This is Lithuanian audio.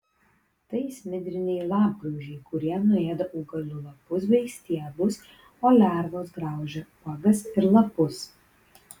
tai smidriniai lapgraužiai kurie nuėda augalų lapus bei stiebus o lervos graužia uogas ir lapus